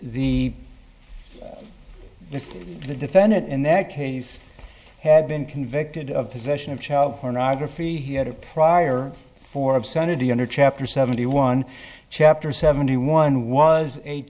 that the if the defendant in that case had been convicted of possession of child pornography he had a prior for obscenity under chapter seven one chapter seven one was eight